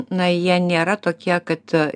na jie nėra tokie kad